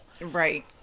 Right